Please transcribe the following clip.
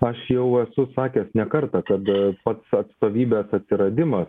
aš jau esu sakęs ne kartą kad pats atstovybės atsiradimas